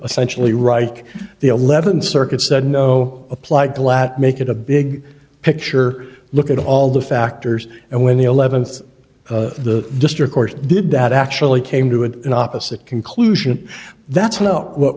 essentially right the eleventh circuit said no applied glatt make it a big picture look at all the factors and when the eleventh the district court did that actually came to an opposite conclusion that